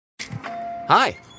Hi